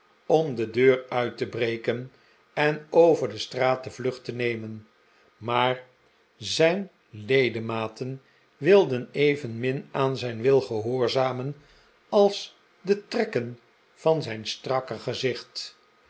om de deur uit te breken en over de straat de vlucht te nemen maar zijn ledematen wilden evenmin aan zijn wil gehoorzamen als de trekken van zijn strakke gezicht